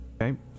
Okay